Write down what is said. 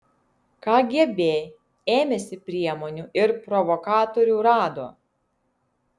kgb ėmėsi priemonių ir provokatorių rado